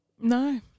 no